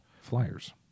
flyers